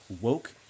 woke